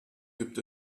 gibt